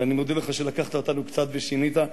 ואני מודה לך שלקחת אותנו קצת ושינית,